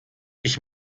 ich